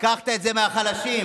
לקחת את זה מהחלשים.